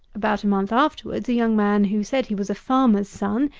about a month afterwards a young man, who said he was a farmer's son,